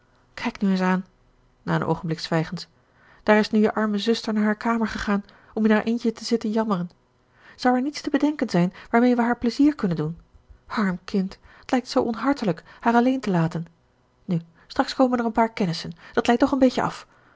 kijk nu eens aan na een oogenblik zwijgens daar is nu je arme zuster naar haar kamer gegaan om in haar eentje te zitten jammeren zou er niets te bedenken zijn waarmee we haar pleizier kunnen doen arm kind t lijkt zoo onhartelijk haar alleen te laten nu straks komen er een paar kennissen dat leidt toch een beetje af